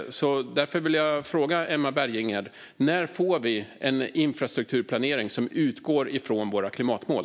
Därför vill jag fråga Emma Berginger: När får vi en infrastrukturplanering som utgår från våra klimatmål?